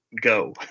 go